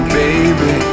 baby